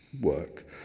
work